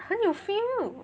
很有 feel